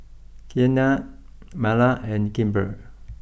Keanna Marla and Kimber